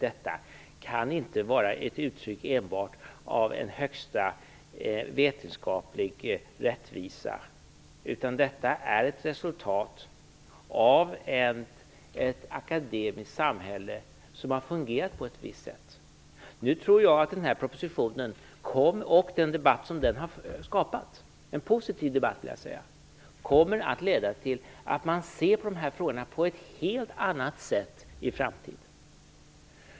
Detta kan inte vara ett uttryck enbart av en högsta, vetenskaplig rättvisa, utan detta är ett resultat av ett akademiskt samhälle som har fungerat på ett visst sätt. Jag tror att propositionen och den debatt - den positiva debatt - som den har skapat kommer att leda till att man i framtiden ser på de här frågorna på ett helt annat sätt.